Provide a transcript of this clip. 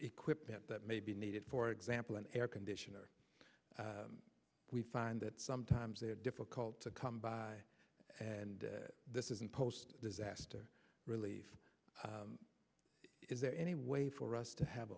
equipment that may be needed for example an air conditioner we find that sometimes they're difficult to come by and this isn't a disaster relief is there any way for us to have